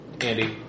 Andy